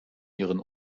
ihren